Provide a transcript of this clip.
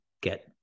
get